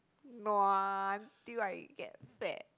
nua until I get fat